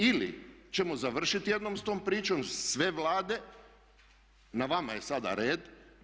Ili ćemo završiti jednom sa tom pričom sve Vlade, na vama je sada red.